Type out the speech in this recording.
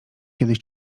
kiedyś